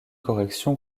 correction